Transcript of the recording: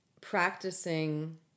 practicing